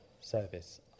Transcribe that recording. Service